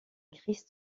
christ